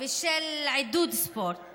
ושל עידוד ספורט